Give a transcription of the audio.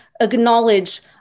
acknowledge